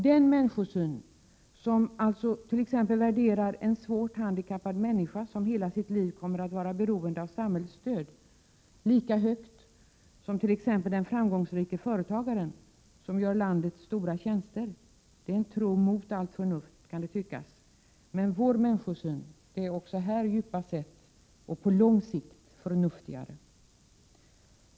Den människosyn som Befruktning utanför alltså t.ex. värderar en svårt handikappad människa som hela sitt liv kommer Kroppen, m. stt; att vara beroende av samhällets stöd lika högt som t.ex. den framgångsrike företagare som gör landet stora tjänster, kan tyckas vara en tro mot allt förnuft. Men vår människosyn är också här djupast sett och på lång sikt förnuftigare.